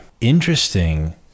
interesting